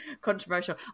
Controversial